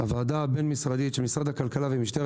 הוועדה הבין-משרדית של משרד הכלכלה ומשטרת